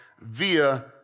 via